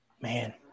Man